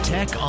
Tech